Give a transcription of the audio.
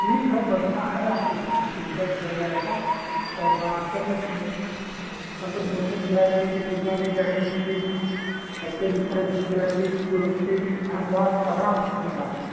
ठीक है बढ़िया हैं आपको सब सुविधा दिया जाएगी और बहत्तर में तुम लोग संकट मोचन जाएँगी की दुर्गा भी जाएँगी कि भी जाएँगी की कोलकत्ता की सारनाथ कहाँ आपको जाना है